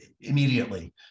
immediately